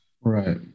right